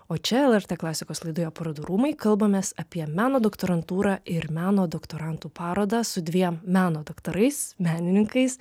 o čia lrt klasikos laidoje parodų rūmai kalbamės apie meno doktorantūrą ir meno doktorantų parodą su dviem meno daktarais menininkais